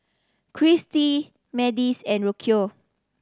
Christie Madisyn and Rocio